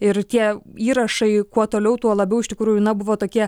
ir tie įrašai kuo toliau tuo labiau iš tikrųjų na buvo tokie